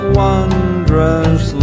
wondrous